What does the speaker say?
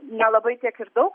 nelabai tiek ir daug